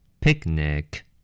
Picnic